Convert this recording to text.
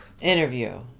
interview